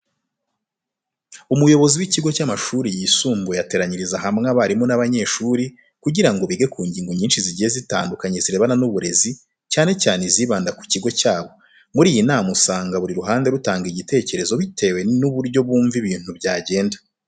Umuyobozi w'ikigo cy'amashuri yisumbuye ateranyiriza hamwe abarimu n'abanyeshuri kugira ngo bige ku ngingo nyinshi zigiye zitandukanye zirebana n'uburezi cyane cyane izibanda ku kigo cyabo. Muri iyi nama usanga buri ruhande rutanga igitekerezo bitewe n'uburyo bumva ibintu byagenda.